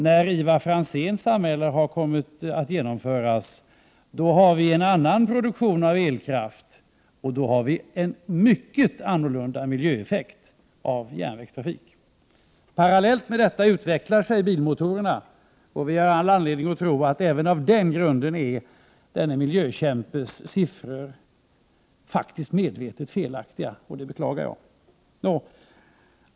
När Ivar Franzéns samhälle har kommit att genomföras, då har vi annan produktion av elkraft, och då har vi en helt annan miljöeffekt av järnvägstrafiken. Parallellt med detta utvecklas bilmotorerna. Vi har all anledning att tro att denne miljökämpes siffror även på den grunden var medvetet felaktiga. Det beklagar jag.